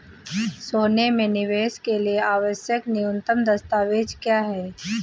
सोने में निवेश के लिए आवश्यक न्यूनतम दस्तावेज़ क्या हैं?